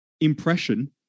impression